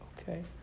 Okay